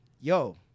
yo